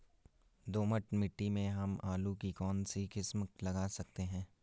दोमट मिट्टी में हम आलू की कौन सी किस्म लगा सकते हैं?